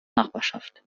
nachbarschaft